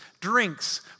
drinks